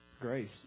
grace